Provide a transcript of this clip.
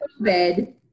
COVID